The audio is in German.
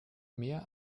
mehr